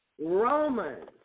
Romans